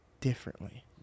differently